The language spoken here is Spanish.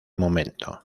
momento